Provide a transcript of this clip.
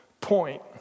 point